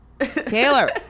Taylor